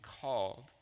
called